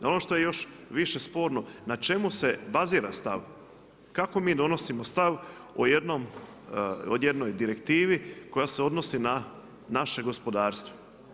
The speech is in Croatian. A ono što je još više sporno, na čemu se bazira stav, kako mi donosimo stav o jednoj direktivi koja se odnosi na naše gospodarstvo.